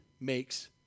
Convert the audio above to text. makes